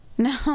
No